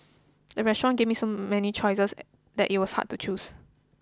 the restaurant gave me so many choices that it was hard to choose